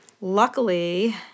Luckily